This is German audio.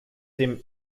dem